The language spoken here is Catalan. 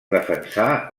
defensar